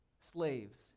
slaves